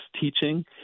teaching